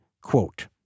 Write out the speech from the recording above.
quote